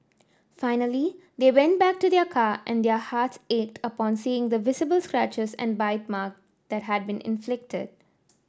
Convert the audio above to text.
finally they went back to their car and their hearts ached upon seeing the visible scratches and bite marks that had been inflicted